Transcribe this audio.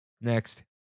next